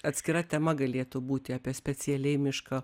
atskira tema galėtų būti apie specialiai miško